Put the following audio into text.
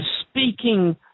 Speaking